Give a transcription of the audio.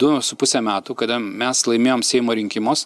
du su puse metų kada mes laimėjom seimo rinkimus